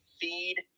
feed